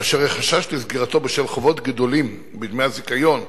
כאשר החשש לסגירתו בשל חובות גדולים בדמי הזיכיון,